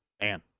Man